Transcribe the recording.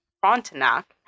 Frontenac